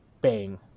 Bang